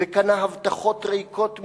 וקנה הבטחות ריקות מתוכן,